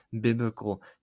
biblical